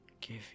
give